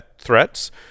threats